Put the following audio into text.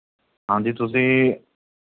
ਹਾਂਜੀ ਤੁਸੀਂ